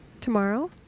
tomorrow